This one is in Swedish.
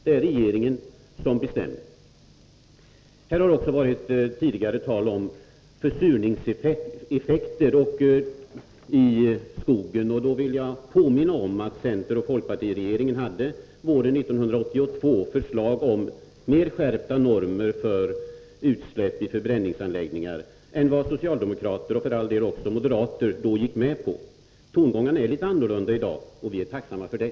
Det är regeringen som bestämmer. Här har också tidigare varit tal om försurningseffekter i skogen. I det sammanhanget vill jag påminna om att centeroch folkpartiregeringen våren 1982 framlade förslag om mer skärpta normer för utsläpp i förbränningsanläggningar än vad socialdemokrater — och för all del också moderater — då gick med på. Tongångarna är litet annorlunda i dag, och vi är tacksamma för det.